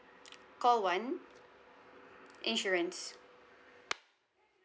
call one insurance